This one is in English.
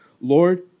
Lord